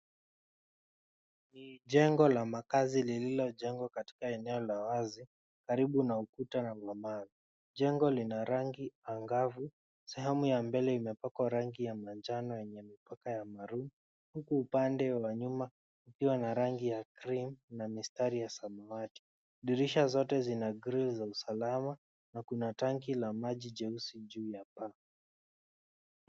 Ni jengo la makazi lililojengwa katika eneo la wazi karibu na ukuta la mawe. Jengo lina rangi angavu, sehemu ya mbele imepakwa rangi ya manjano yenye mipaka ya maroon huku upande wa nyuma kukiwa na rangi ya cream na mistari ya samawati. Dirisha zote zina grill za usalama na kuna tanki la maji jeusi juu ya paa.